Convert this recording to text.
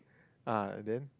uh then